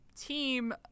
team